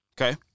Okay